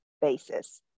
basis